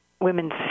women's